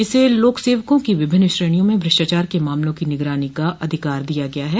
इसे लोकसेवकों की विभिन्न श्रेणियों में भ्रष्टाचार के मामलों की निगरानी का अधिकार दिया गया है